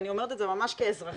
ואני אומרת את זה ממש כאזרחית,